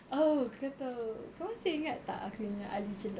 oh kau tahu kau masih ingat aku punya ali celup